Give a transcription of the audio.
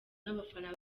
n’abafana